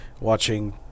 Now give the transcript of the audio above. watching